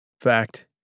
fact